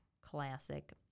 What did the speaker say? classic